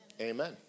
Amen